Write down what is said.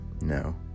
No